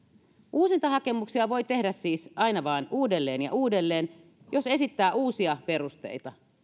uusintahakemuksia voi tehdä siis aina vain uudelleen ja uudelleen jos esittää uusia perusteita